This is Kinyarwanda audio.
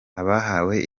abahawe